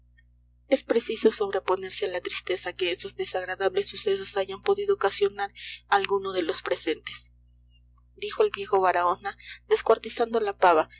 es preciso sobreponerse a la tristeza que esos desagradables sucesos hayan podido ocasionar a alguno de los presentes dijo el viejo baraona descuartizando la pava